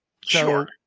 sure